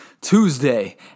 Tuesday